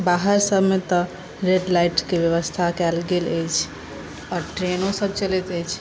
बाहरसभमे तऽ रेड लाइटके व्यवस्था कयल गेल अछि आओर ट्रेनोसभ चलैत अछि